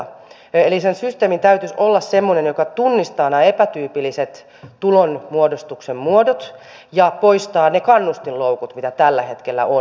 eli sen systeemin täytyisi olla semmoinen joka tunnistaa nämä epätyypilliset tulonmuodostuksen muodot ja poistaa ne kannustinloukut mitä tällä hetkellä on